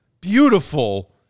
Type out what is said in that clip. beautiful